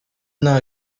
nta